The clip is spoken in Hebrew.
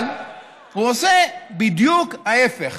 אבל הוא עושה בדיוק ההפך.